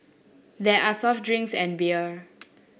there are soft drinks and beer